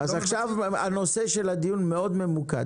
אז עכשיו הנושא של הדיון מאוד ממוקד: